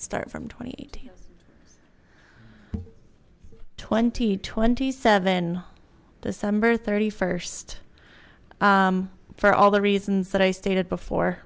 start from twenty eight twenty twenty seven december thirty first for all the reasons that i stated before